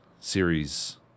series